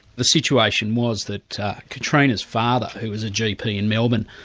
the situation was that katrina's father, who was a gp in melbourne,